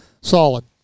solid